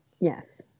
yes